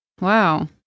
Wow